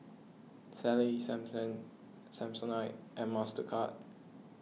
Sally Sansen Samsonite and Mastercard